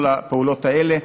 כל הפעולות האלה,